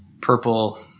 purple